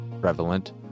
prevalent